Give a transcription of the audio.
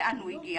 לאן הוא הגיע.